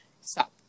Stop